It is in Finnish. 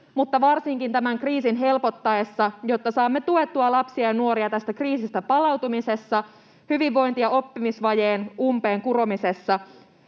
mutta varsinkin tämän kriisin helpottaessa, että saamme tuettua lapsia ja nuoria tästä kriisistä palautumisessa, hyvinvointi- ja oppimisvajeen umpeen kuromisessa?